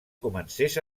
comencés